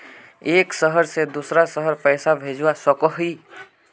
एक शहर से दूसरा शहर पैसा भेजवा सकोहो ही?